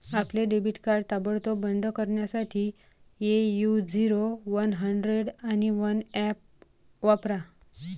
आपले debit card ताबडतोब बंद करण्यासाठी ए.यू झिरो वन हंड्रेड आणि वन ऍप वापरा